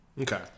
Okay